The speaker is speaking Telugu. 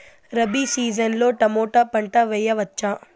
రబి సీజన్ లో టమోటా పంట వేయవచ్చా?